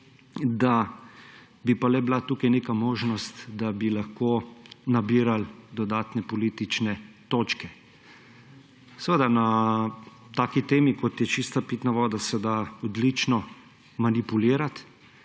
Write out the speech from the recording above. da bi pa le bila tukaj neka možnost, da bi lahko nabirali dodatne politične točke. Seveda na taki temi, kot je čista pitna voda, se da odlično manipulirati,